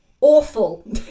awful